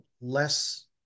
less